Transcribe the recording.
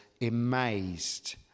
amazed